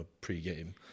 pre-game